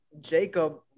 Jacob